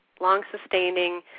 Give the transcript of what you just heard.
Long-sustaining